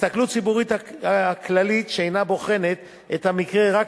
וההסתכלות הציבורית הכללית שאינה בוחנת את המקרה רק